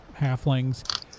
halflings